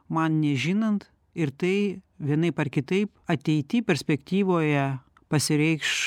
man nežinant ir tai vienaip ar kitaip ateity perspektyvoje pasireikš